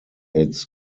its